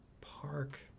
Park